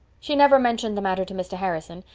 she never mentioned the matter to mr. harrison,